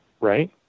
right